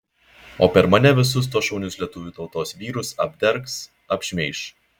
o per mane visus tuos šaunius lietuvių tautos vyrus apdergs apšmeiš